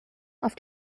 auf